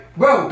bro